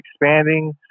expanding